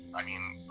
i mean,